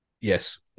Yes